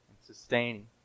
sustaining